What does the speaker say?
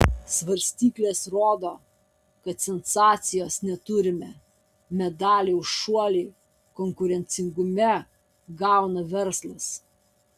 svarstyklės rodo kad sensacijos neturime medalį už šuolį konkurencingume gauna verslas